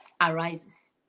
arises